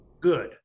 good